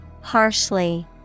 Harshly